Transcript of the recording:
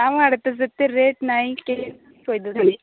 ଆମ ଆଡ଼େତ ସେତେ ରେଟ୍ ନାଇଁ